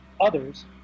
Others